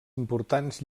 importants